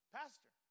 pastor